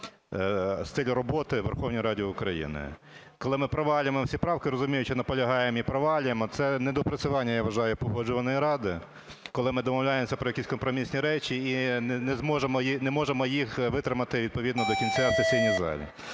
стиль роботи у Верховній Раді України, коли ми провалюємо ці правки, розуміючи наполягаємо і провалюємо. Це недоопрацювання, я вважаю, Погоджувальної ради, коли ми домовляємося про якісь компромісні речі і не можемо їх витримати відповідно до кінця в сесійній залі.